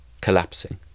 collapsing